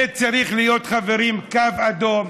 זה צריך להיות, חברים, קו אדום.